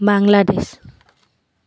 Bangladesh